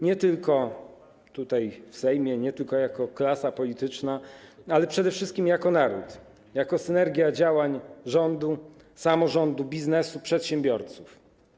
Nie tylko tutaj, w Sejmie, nie tylko jako klasa polityczna, ale przede wszystkim jako naród, jako synergia działań rządu, samorządu, biznesu, przedsiębiorców.